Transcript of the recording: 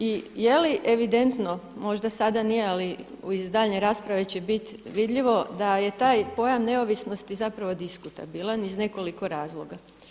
I je li evidentno, možda sada nije, ali iz daljnje rasprave će bit vidljivo da je taj pojam neovisnosti zapravo diskutabilan iz nekoliko razloga.